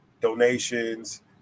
donations